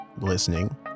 listening